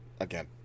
again